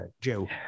Joe